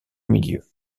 milieu